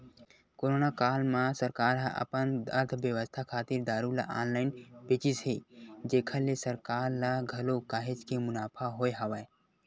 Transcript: corona काल म सरकार ह अपन अर्थबेवस्था खातिर दारू ल ऑनलाइन बेचिस हे जेखर ले सरकार ल घलो काहेच के मुनाफा होय हवय